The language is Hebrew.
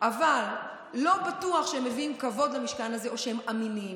לא בטוח שהם מביאים כבוד למשכן הזה או שהם אמינים.